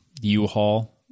U-Haul